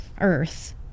earth